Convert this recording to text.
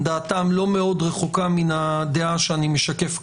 דעתם לא מאוד רחוקה מהדעה שאני משקף כרגע.